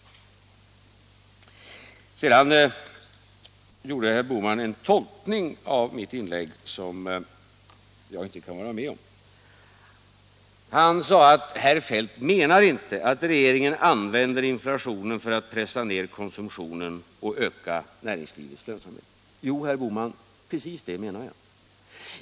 Sedan gjorde herr Bohman en tolkning av mitt inlägg som jag inte kan anse riktig. Han sade: Herr Feldt menar inte att regeringen använder inflationen för att pressa ned konsumtionen och öka näringslivets lönsamhet. Jo, herr Bohman, precis det menar jag.